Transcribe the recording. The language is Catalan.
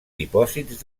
dipòsits